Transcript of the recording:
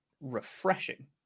refreshing